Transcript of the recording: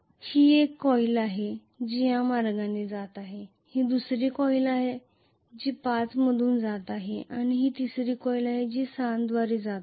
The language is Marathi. ही एक कॉइल आहे जी या मार्गाने जात आहे ही दुसरी कॉइल आहे जी 5 मधून जात आहे आणि ही तिसरी कॉइल आहे जी 6 द्वारे जात आहे